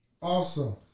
Awesome